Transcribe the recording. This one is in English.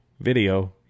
video